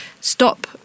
stop